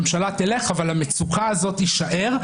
ממשלה תלך אבל המצוקה הזאת תישאר,